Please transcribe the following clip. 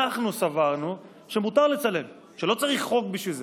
אנחנו סברנו שמותר לצלם, שלא צריך חוק בשביל זה.